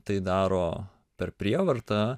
tai daro per prievartą